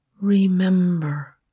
Remember